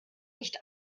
nicht